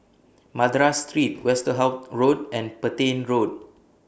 Madras Street Westerhout Road and Petain Road